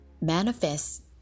manifest